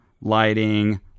lighting